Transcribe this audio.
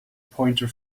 pointer